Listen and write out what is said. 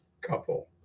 couple